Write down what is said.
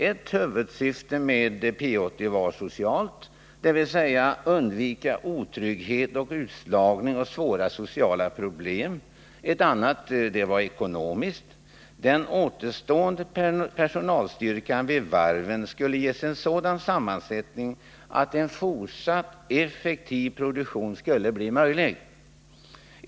Ett huvudsyfte med P 80 var socialt, dvs. att undvika otrygghet och utslagning och svåra sociala problem. Ett annat var ekonomiskt: den återstående personalstyrkan vid varven skulle ges en sådan sammansättning att en fortsatt effektiv produktion skulle bli möjlig.